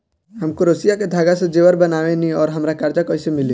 हम क्रोशिया के धागा से जेवर बनावेनी और हमरा कर्जा कइसे मिली?